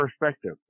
Perspective